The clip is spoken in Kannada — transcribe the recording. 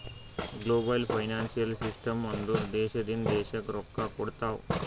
ಗ್ಲೋಬಲ್ ಫೈನಾನ್ಸಿಯಲ್ ಸಿಸ್ಟಮ್ ಅಂದುರ್ ದೇಶದಿಂದ್ ದೇಶಕ್ಕ್ ರೊಕ್ಕಾ ಕೊಡ್ತಾವ್